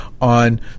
on